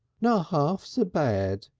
not half so bad,